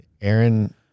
Aaron